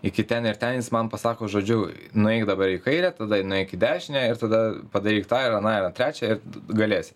iki ten ir ten jis man pasako žodžiu nueik dabar į kairę tada nueik į dešinę ir tada padaryk tą ir anąir trečią ir galėsi